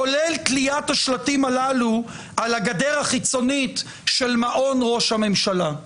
כולל תליית השלטים הללו על הגדר החיצונית של מעון ראש הממשלה.